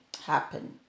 happen